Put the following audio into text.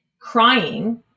crying